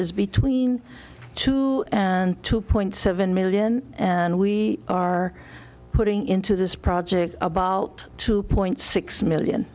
is between two and two point seven million and we are putting into this project about two point six million